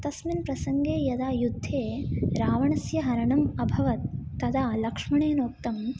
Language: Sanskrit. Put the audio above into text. तस्मिन् प्रसङ्गे यदा युद्धे रावणस्य हरणम् अभवत् तदा लक्ष्मणेन उक्तम्